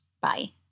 Bye